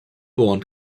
born